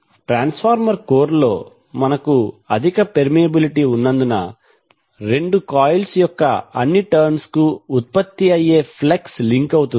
transformer కోర్లో మనకు అధిక పెర్మియబిలిటీ ఉన్నందున రెండు కాయిల్స్ యొక్క అన్ని టర్న్స్ కు ఉత్పత్తి అయ్యే ఫ్లక్స్ లింక్ అవుతుంది